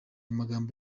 magambo